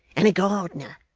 and a gardener